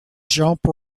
jump